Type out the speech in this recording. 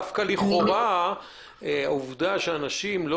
לכאורה העובדה שאנשים לא